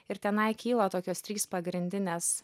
ir tenai kyla tokios trys pagrindinės